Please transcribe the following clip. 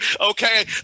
okay